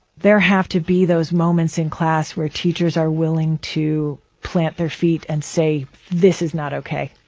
there have to be those moments in class where teachers are willing to plant their feet and say this is not ok,